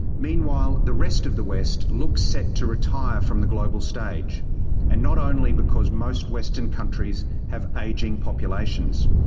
meanwhile, the rest of the west looks set to retire from the global stage and not only because most western countries have ageing populations.